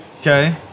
Okay